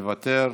מוותר,